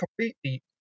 completely